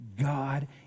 God